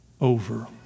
over